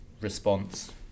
response